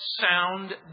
sound